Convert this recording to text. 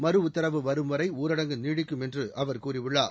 மறுஉத்தரவு வரும்வரை ஊரடங்கு நீடிக்கும் என்று அவர் கூறியுள்ளார்